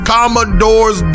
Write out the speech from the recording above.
Commodores